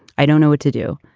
i don't know what to do.